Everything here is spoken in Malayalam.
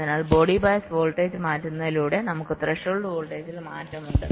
അതിനാൽ ബോഡി ബയസ് വോൾട്ടേജ് മാറ്റുന്നതിലൂടെ നമുക്ക് ത്രെഷോൾഡ് വോൾട്ടേജിൽ മാറ്റം ഉണ്ട്